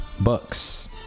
Bucks